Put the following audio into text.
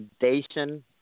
foundation